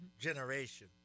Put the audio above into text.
generation